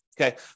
Okay